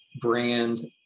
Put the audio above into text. brand